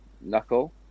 knuckle